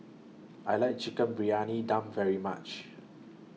I like Chicken Briyani Dum very much